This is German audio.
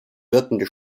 wirkende